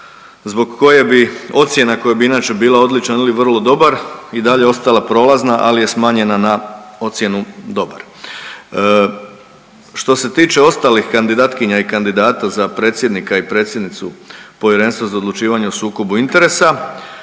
zbog koje bi ocjena koja bi inače bila odličan ili vrlo dobar i dalje ostala prolazna, ali je smanjena na ocjenu dobar. Što se tiče ostalih kandidatkinja i kandidata za predsjednika i predsjednicu Povjerenstva za odlučivanje sukoba interesa,